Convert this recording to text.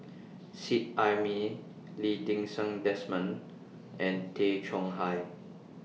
Seet Ai Mee Lee Ti Seng Desmond and Tay Chong Hai